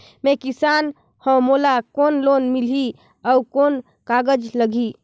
मैं किसान हव मोला कौन लोन मिलही? अउ कौन कागज लगही?